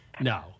No